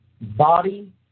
body